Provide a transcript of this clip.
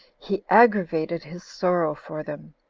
he aggravated his sorrow for them.